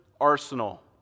arsenal